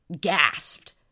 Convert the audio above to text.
gasped